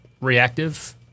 reactive